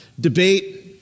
debate